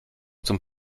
zum